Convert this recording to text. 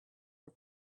for